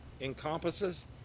encompasses